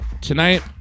tonight